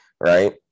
right